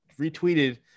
retweeted